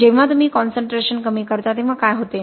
जेव्हा तुम्ही कॉनसन्ट्रेशन कमी करता तेव्हा काय होते